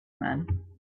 men